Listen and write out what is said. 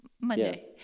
Monday